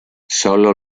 solo